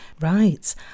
right